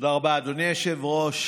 תודה רבה, אדוני היושב-ראש.